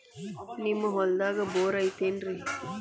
ನಿಮ್ಮ ಹೊಲ್ದಾಗ ಬೋರ್ ಐತೇನ್ರಿ?